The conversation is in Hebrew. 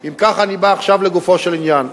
אם כך, אני בא עכשיו לגופו של עניין.